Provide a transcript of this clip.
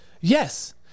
yes